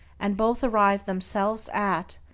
and both arrive themselves at,